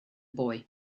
boy